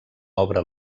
obra